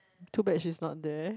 too bad she's not there